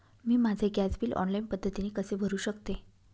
मी माझे gas bill online पद्धतीने कसे भरु शकते?